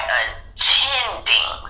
attending